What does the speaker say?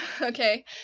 okay